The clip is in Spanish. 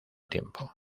tiempo